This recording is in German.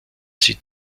sie